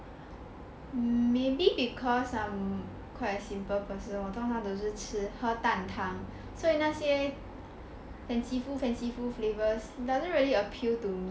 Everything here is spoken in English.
maybe because quite I'm quite a simple person 我通常每次吃蛋汤所以那些 fanciful fanciful flavours doesn't really appeal to me lah